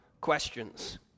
questions